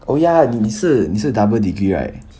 oh ya 你你是你是 double degree right